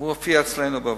והוא הופיע אצלך בוועדה.